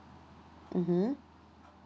mmhmm